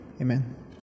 Amen